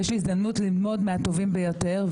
יש לי הזדמנות ללמוד מהטובים ביותר.